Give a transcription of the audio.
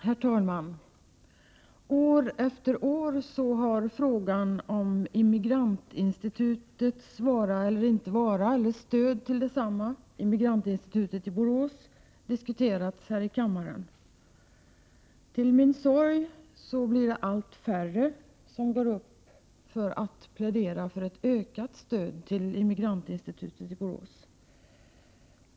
Herr talman! År efter år har frågan om Immigrantinstitutets i Borås vara eller inte vara och frågan om stöd till detsamma diskuterats här i kammaren. Till min sorg finner jag att det blir allt färre som går upp för att plädera för ett ökat stöd.